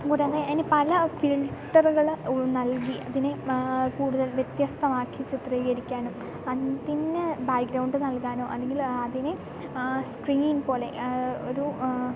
കൂടാതെ അതിനു പല ഫിൽട്ടറുകൾ നൽകി അതിനെ കൂടുതൽ വ്യത്യസ്തമാക്കി ചിത്രീകരിക്കാനും അതിന് ബാക്ക് ഗ്രൗണ്ട് നൽകാനോ അല്ലെങ്കിൽ അതിനെ സ്ക്രീൻ പോലെ ഒരു